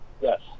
Yes